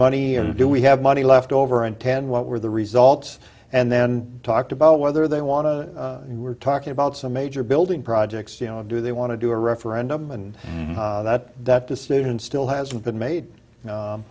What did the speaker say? money and do we have money left over and ten what were the results and then talked about whether they want to you were talking about some major building projects you know or do they want to do a referendum and that that decision still hasn't been made